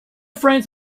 frames